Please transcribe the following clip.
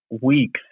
weeks